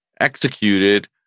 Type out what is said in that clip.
executed